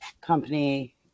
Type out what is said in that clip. company